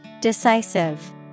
Decisive